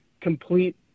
complete